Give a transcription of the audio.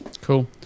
cool